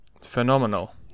phenomenal